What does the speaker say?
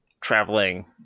traveling